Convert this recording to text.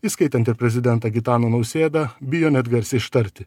įskaitant ir prezidentą gitaną nausėdą bijo net garsiai ištarti